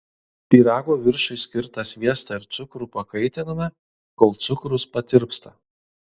pyrago viršui skirtą sviestą ir cukrų pakaitiname kol cukrus patirpsta